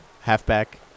Halfback